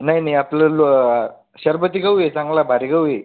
नाही नाही आपलं शरबती गहू आहे चांगला भारी गहू आहे